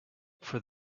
for